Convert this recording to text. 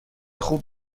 خوب